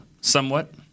somewhat